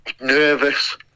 nervous